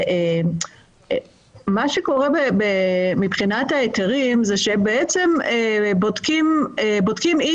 אבל מה שקורה מבחינת ההיתרים זה שבעצם בודקים אם